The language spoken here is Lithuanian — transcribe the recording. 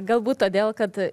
galbūt todėl kad